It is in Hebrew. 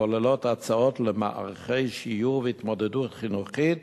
הכוללות הצעות למערכי שיעור והתמודדות חינוכית